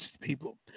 people